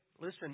listen